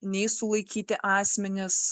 nei sulaikyti asmenys